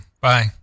Bye